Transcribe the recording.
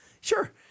sure